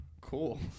cool